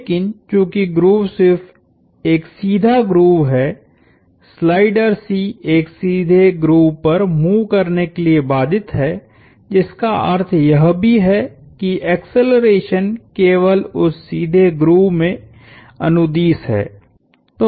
लेकिन चूंकि ग्रूव सिर्फ एक सीधा ग्रूव हैस्लाइडर C एक सीधे ग्रूव पर मूव करने के लिए बाधित है जिसका अर्थ यह भी है कि एक्सेलरेशन केवल उस सीधे ग्रूव में अनुदिश है